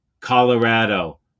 Colorado